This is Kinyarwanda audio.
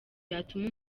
yatuma